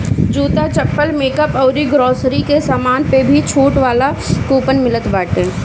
जूता, चप्पल, मेकअप अउरी ग्रोसरी के सामान पअ भी छुट वाला कूपन मिलत बाटे